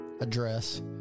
address